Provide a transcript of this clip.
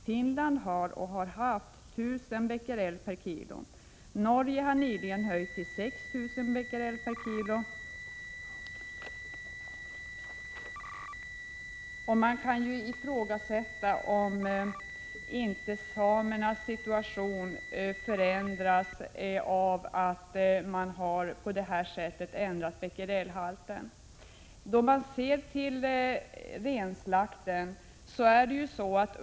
Finland har och har haft 1 000 becquerel kg. Man kan fråga sig om inte samernas situation förändras av att högsta tillåtna becquerelhalt har ändrats på detta sätt.